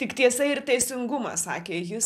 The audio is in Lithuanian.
tik tiesa ir teisingumas sakė jis